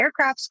aircrafts